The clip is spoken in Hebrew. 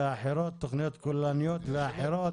תכניות כוללניות ואחרות